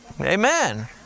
Amen